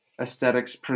aesthetics